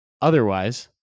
otherwise